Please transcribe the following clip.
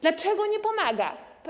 Dlaczego nie pomaga?